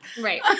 Right